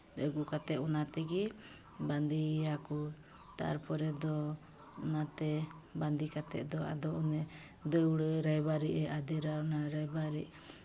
ᱟᱹᱜᱩ ᱠᱟᱛᱮᱫ ᱚᱱᱟ ᱛᱮᱜᱮ ᱵᱟᱸᱫᱮᱭᱮᱭᱟ ᱠᱚ ᱛᱟᱨᱯᱚᱨᱮ ᱫᱚ ᱚᱱᱟᱛᱮ ᱵᱟᱸᱫᱮ ᱠᱟᱛᱮᱫ ᱫᱚ ᱟᱫᱚ ᱚᱱᱮ ᱫᱟᱹᱣᱲᱟᱹ ᱨᱮ ᱟᱫᱮᱨᱟ ᱚᱱᱟᱨᱮ ᱵᱟᱹᱲᱤᱡ